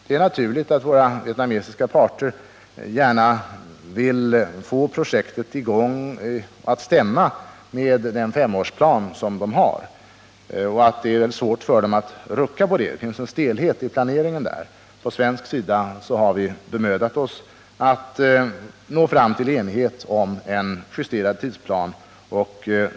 Det är naturligt att vietnameserna gärna vill få projektet att stämma med den femårsplan som de har och att det är svårt för dem att rucka på den. Det finns en stelhet i planeringen där. På svensk sida har vi bemödat oss att nå fram till enighet om en justerad tidsplan.